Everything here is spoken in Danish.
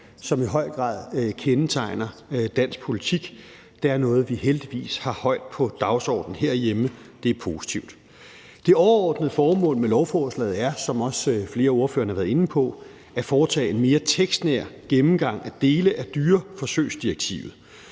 som i høj grad kendetegner dansk politik. Det er noget, vi heldigvis har højt på dagsordenen herhjemme; det er positivt. Det overordnede formål med lovforslaget er, som også flere af ordførerne har været inde på, at foretage en mere tekstnær gennemgang af dele af dyreforsøgsdirektivet.